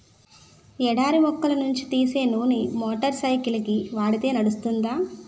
ఎడారి మొక్కల నుంచి తీసే నూనె మోటార్ సైకిల్కి వాడితే నడుస్తుంది